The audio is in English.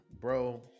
bro